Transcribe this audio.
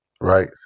right